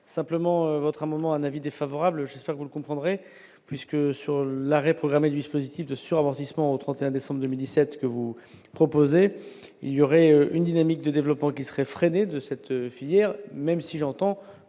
simplement votre un moment un avis défavorable, j'espère que vous le comprendrez, puisque sur l'arrêt programmé Luis positive de ce soir dans 6 mois au 31 décembre 2017 que vous proposez, il y aurait une dynamique de développement qui serait freinée de cette. Hier, même si j'entends